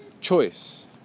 choice